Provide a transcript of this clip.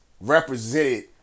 represented